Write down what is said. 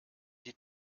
die